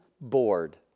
board